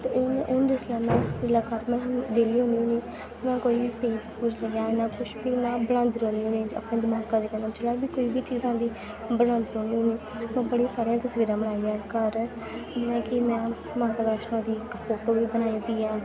ते हून हून जिसलै में जेल्लै कदें में बेह्ली होनी होन्नी में कोई पेज पूज जां इ'यां कुछ बी इ'यां बनांदी रौह्नी होन्नी अपने दमाका दे कन्नै जेह्ड़ा बी कोई बी चीज औंदी बनांदी रौंह्दी होन्नी में बड़ियां सारियां तसबीरां बनाइयां घर जियां कि में माता बैष्णो दी इक फोटो बी बनाई दी ऐ